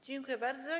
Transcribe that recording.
Dziękuję bardzo.